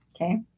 Okay